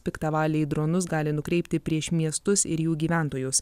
piktavaliai dronus gali nukreipti prieš miestus ir jų gyventojus